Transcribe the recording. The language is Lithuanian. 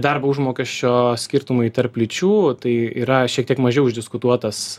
darbo užmokesčio skirtumai tarp lyčių tai yra šiek tiek mažiau išdiskutuotas